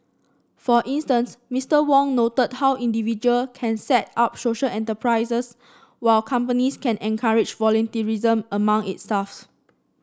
for instance Mister Wong noted how individual can set up social enterprises while companies can encourage volunteerism among its staffs